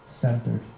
centered